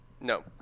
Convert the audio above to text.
No